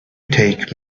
take